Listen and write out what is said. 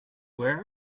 where